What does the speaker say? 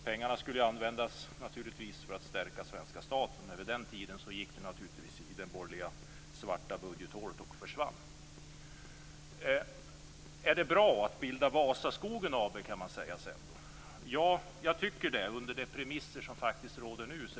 Pengarna skulle naturligtvis användas för att stärka svenska staten. Vid den tiden gick de naturligtvis i det borgerliga svarta budgethålet och försvann. Är det bra att bilda Vasaskogen AB, kan man säga sedan. Ja, jag tycker att det är ganska nödvändigt med de premisser som råder nu.